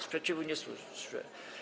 Sprzeciwu nie słyszę.